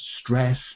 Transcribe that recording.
stress